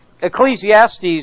Ecclesiastes